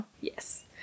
Yes